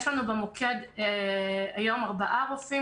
יש לנו במוקד היום ארבעה רופאים,